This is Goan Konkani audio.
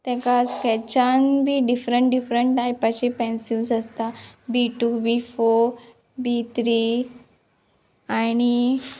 तेका स्कॅचान बी डिफरंट डिफरंट टायपाची पेन्सिल्स आसता B two B four B three आणी